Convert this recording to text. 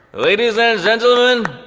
ladies and gentlemen,